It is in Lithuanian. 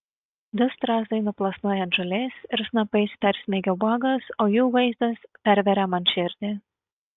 du strazdai nuplasnoja ant žolės ir snapais persmeigia uogas o jų vaizdas perveria man širdį